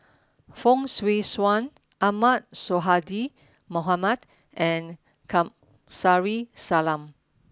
Fong Swee Suan Ahmad Sonhadji Mohamad and Kamsari Salam